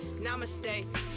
namaste